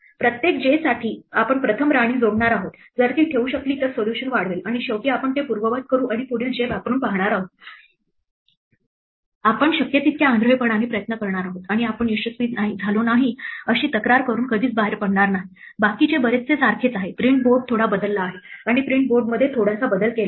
प्रत्येक j साठी आपण प्रथम राणी जोडणार आहोत जर ती ठेवू शकली तर सोल्यूशन वाढवेल आणि शेवटी आपण ते पूर्ववत करू आणि पुढील j वापरून पाहणार आहोत आपण शक्य तितक्या आंधळेपणाने प्रयत्न करणार आहोत आणि आम्ही यशस्वी झालो नाही अशी तक्रार करून कधीच बाहेर पडणार नाही बाकीचे बरेचसे सारखेच आहे प्रिंट बोर्ड थोडा बदलला आहे आणि प्रिंट बोर्डमध्ये थोडासा बदल केला आहे